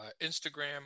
Instagram